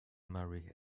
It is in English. marry